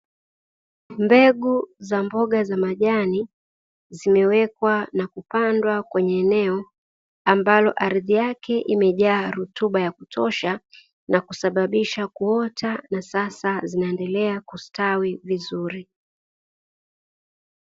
Mbegu za mboga za majani zimewekwa na kupandwa kwenye eneo ambalo ardhi yake imejaa rutuba ya kutosha na kusababisha kuota, na sasa zinaendelea kustawi vizuri.